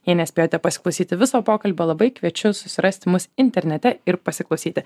jei nespėjote pasiklausyti viso pokalbio labai kviečiu susirasti mus internete ir pasiklausyti